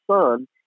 son